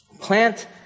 plant